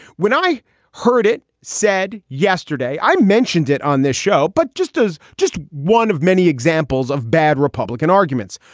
when i heard it said yesterday, i mentioned it on this show, but just as just one of many examples of bad republican arguments.